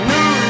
New